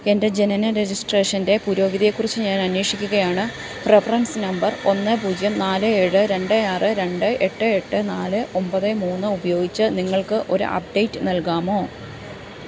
എൻ്റെ ജനന രജിസ്ട്രേഷൻ്റെ പുരോഗതിയെക്കുറിച്ച് ഞാൻ അന്വേഷിക്കുകയാണ് റഫറൻസ് നമ്പർ ഒന്ന് പൂജ്യം നാല് ഏഴ് രണ്ട് ആറ് രണ്ട് എട്ട് എട്ട് നാല് ഒമ്പത് മൂന്ന് ഉപയോഗിച്ച് നിങ്ങൾക്ക് ഒരു അപ്ഡേറ്റ് നൽകാമോ